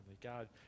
God